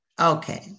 Okay